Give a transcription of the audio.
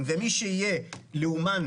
ומי שיהיה לאומן,